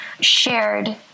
shared